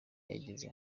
yageze